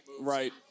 Right